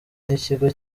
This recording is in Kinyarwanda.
n’ikigo